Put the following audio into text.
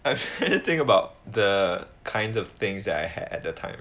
anything about the kinds of things that I had at that time